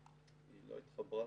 אותה.